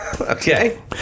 okay